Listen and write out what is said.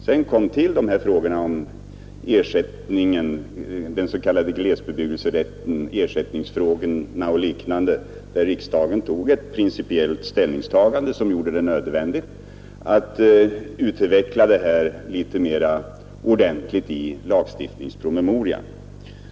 Sedan tillkom frågorna om ersättningar och den s.k. glesbebyggelserätten, där riksdagens principiella ställningstagande gjorde det nödvändigt att utveckla de frågorna litet grundligare i lagstiftningspromemorian.